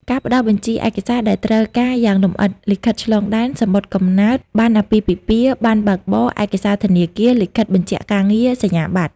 ការផ្តល់បញ្ជីឯកសារដែលត្រូវការយ៉ាងលម្អិត លិខិតឆ្លងដែន សំបុត្រកំណើត ប័ណ្ណអាពាហ៍ពិពាហ៍ ប័ណ្ណបើកបរ ឯកសារធនាគារ លិខិតបញ្ជាក់ការងារ សញ្ញាបត្រ។